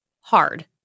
hard